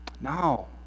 No